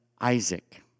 Isaac